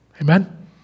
Amen